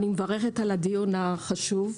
אני מברכת על הדיון החשוב,